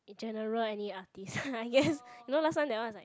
in general any artist I guess you know last time that is like